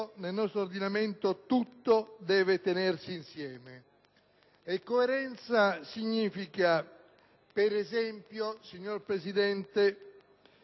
Nel nostro ordinamento tutto deve tenersi insieme. Coerenza significa, per esempio, signor Presidente,